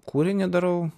kūrinį darau